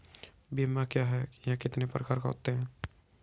बीमा क्या है यह कितने प्रकार के होते हैं?